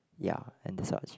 ya and that such